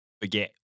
forget